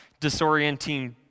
disorienting